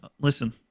Listen